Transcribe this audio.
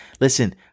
Listen